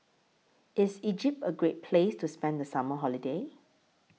IS Egypt A Great Place to spend The Summer Holiday